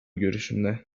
görüşünde